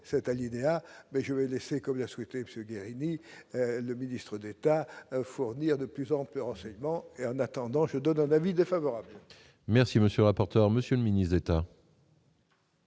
cet alinéa mais je vais laisser comme l'a souhaité Monsieur Guérini le ministre d'État, fournir de plus amples renseignements, et en attendant, je donne un avis défavorable. Merci, monsieur le rapporteur, monsieur le ministre d'État.